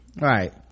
Right